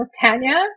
Tanya